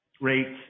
rates